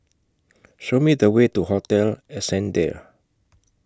Show Me The Way to Hotel Ascendere